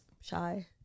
shy